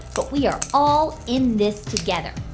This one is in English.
but we are all in this together.